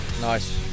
Nice